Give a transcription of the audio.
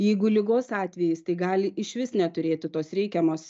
jeigu ligos atvejais tai gali išvis neturėti tos reikiamos